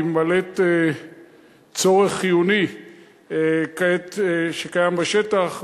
והיא ממלאת צורך חיוני שקיים בשטח.